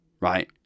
right